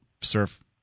surf